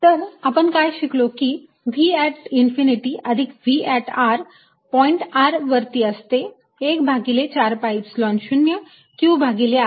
तर आपण काय शिकलो की Vइन्फिनिटी अधिक V पॉईंट r वरती असते 1 भागिले 4 pi epsilon 0 q भागिले r